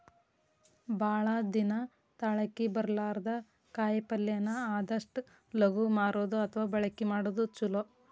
ಭಾಳ ದಿನಾ ತಾಳಕಿ ಬರ್ಲಾರದ ಕಾಯಿಪಲ್ಲೆನ ಆದಷ್ಟ ಲಗು ಮಾರುದು ಅಥವಾ ಬಳಕಿ ಮಾಡುದು ಚುಲೊ